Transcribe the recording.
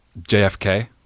JFK